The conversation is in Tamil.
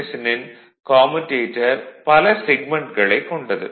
மெஷினின் கம்யூடேட்டர் பல செக்மென்ட்களைக் கொண்டது